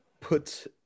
put